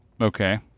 Okay